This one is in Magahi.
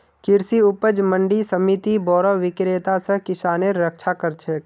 कृषि उपज मंडी समिति बोरो विक्रेता स किसानेर रक्षा कर छेक